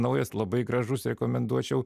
naujas labai gražus rekomenduočiau